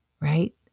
right